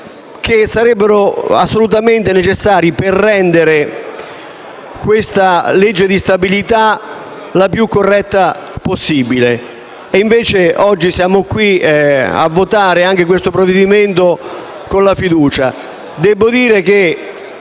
che sarebbero assolutamente necessari per rendere il disegno di legge di bilancio il più corretto possibile; invece oggi siamo qui a votare anche questo provvedimento con la fiducia. Debbo dire che